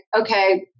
okay